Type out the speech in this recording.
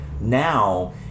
now